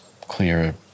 clear